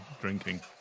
drinking